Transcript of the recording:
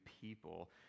people